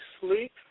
sleep